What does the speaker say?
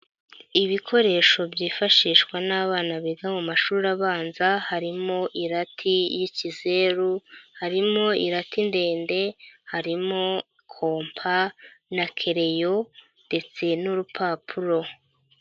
Ibikoresho byifashishwa n'abana biga mu mashuri abanza, harimo irati y'ikizeru, harimo irati ndende, harimo kompa na kereyo ndetse n'urupapuro.